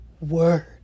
word